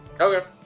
Okay